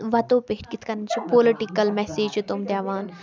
وَتو پیٚٹھۍ کِتھ کٔنۍ چھِ پولوٹِکَل مٮ۪سیجہِ تِم دِوان